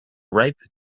ripe